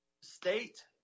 state